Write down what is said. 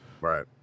Right